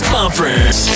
Conference